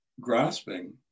grasping